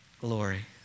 glory